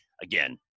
again